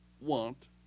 want